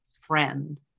friend